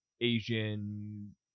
Asian